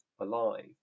alive